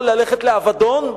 או ללכת לאבדון,